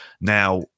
Now